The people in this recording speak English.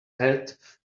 hat